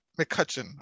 McCutcheon